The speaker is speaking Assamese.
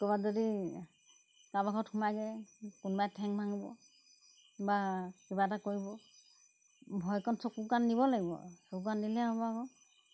ক'ৰবাত যদি কাৰোবাৰ ঘৰত সোমাই যায় কোনোবাই ঠেং ভাঙিব বা কিবা এটা কৰিব ভয় অকণ চকু কাণ নিব লাগিব আৰু চকু কাণ দিলেহে হ'ব আকৌ